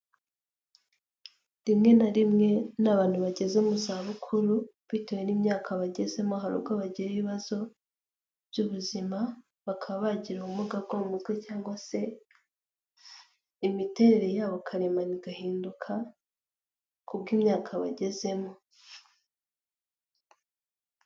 Rimwe na rimwe n'abantu bageze mu zabukuru bitewe n'imyaka bagezemo hari ubwo bagira ibibazo by'ubuzima, bakaba bagira ubumuga bwo mutwe, cyangwa se imiterere yabo karemano igahinduka ku bw'imyaka bagezemo.